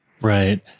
Right